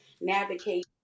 navigate